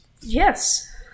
Yes